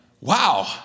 wow